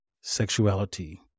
sexuality